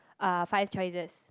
uh five choices